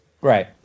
Right